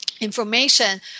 information